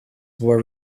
were